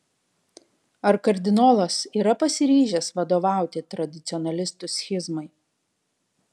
ar kardinolas yra pasiryžęs vadovauti tradicionalistų schizmai